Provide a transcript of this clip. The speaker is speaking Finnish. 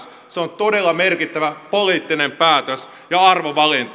se on todella merkittävä poliittinen päätös ja arvovalinta